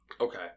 Okay